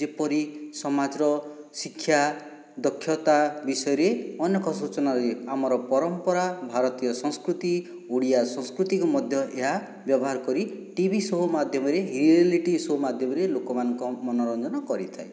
ଯେପରି ସମାଜର ଶିକ୍ଷା ଦକ୍ଷତା ବିଷୟରେ ଅନେକ ସୂଚନା ଦିଏ ଆମର ପରମ୍ପରା ଭାରତୀୟ ସଂସ୍କୃତି ଓଡ଼ିଆ ସଂସ୍କୃତିକୁ ମଧ୍ୟ ଏହା ବ୍ୟବହାର କରି ଟିଭି ଶୋ ମାଧ୍ୟମରେ ରିଏଲିଟି ଶୋ ମାଧ୍ୟମରେ ଲୋକମାନଙ୍କ ମନୋରଞ୍ଜନ କରିଥାଏ